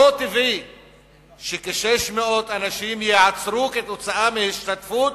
לא טבעי שכ-600 אנשים ייעצרו כתוצאה מהשתתפות